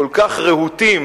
כל כך רהוטים,